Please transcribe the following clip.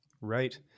Right